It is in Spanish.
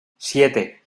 siete